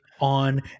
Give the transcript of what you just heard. on